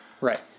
Right